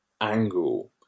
angle